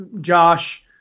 Josh